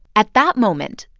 at that moment,